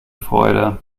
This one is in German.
freude